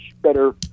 better